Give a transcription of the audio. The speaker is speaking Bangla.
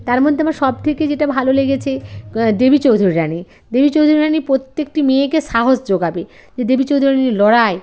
তার মধ্যে আমার সব থেকে যেটা ভালো লেগেছে দেবী চৌধুরানী দেবী চৌধুরানী প্রত্যেকটি মেয়েকে সাহস জোগাবে যে দেবী চৌধুরানীর লড়াই